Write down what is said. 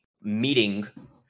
meeting